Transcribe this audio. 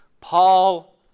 Paul